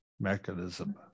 mechanism